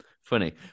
funny